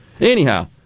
Anyhow